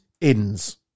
Inns